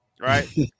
Right